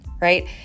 right